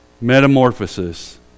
metamorphosis